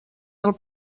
del